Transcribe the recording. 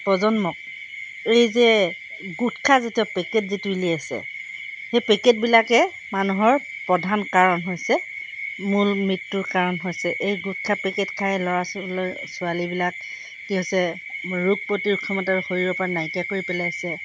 প্ৰজন্মক এই যে গোটখা জাতীয় পেকেট যিটো উলিয়াইছে সেই পেকেটবিলাকে মানুহৰ প্ৰধান কাৰণ হৈছে মূল মৃত্যুৰ কাৰণ হৈছে এই গোটখা পেকেট খাই ল'ৰা ছোৱালী ছোৱালীবিলাক কি হৈছে ৰোগ প্ৰতিৰোধ ক্ষমতাৰ শৰীৰৰ পৰা নাইকিয়া কৰি পেলাইছে